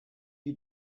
you